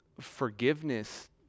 forgiveness